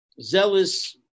zealous